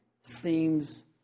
seems